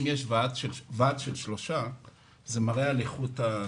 שאם יש ועד של שלושה זה מראה על איכות.